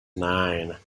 nine